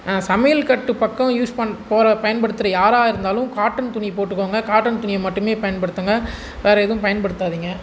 சமையல் கட்டுப் பக்கம் யூஸ் பண்ண போகற பயன்படுத்துகிற யாராக இருந்தாலும் காட்டன் துணி போட்டுக்கோங்க காட்டன் துணியை மட்டுமே பயன்படுத்துங்க வேறு ஏதுவும் பயன்படுத்தாதிங்க